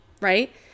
right